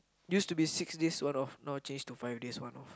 used to be six days one off now change to five days one off